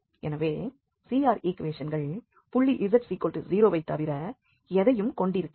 எனவே CR ஈக்குவேஷன்கள் புள்ளி z0 ஐத் தவிர எதையும் கொண்டிருக்காது